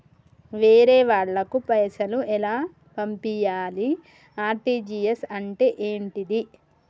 వేరే వాళ్ళకు పైసలు ఎలా పంపియ్యాలి? ఆర్.టి.జి.ఎస్ అంటే ఏంటిది?